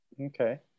Okay